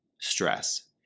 stress